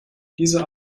diese